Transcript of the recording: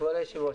כבוד היושב-ראש,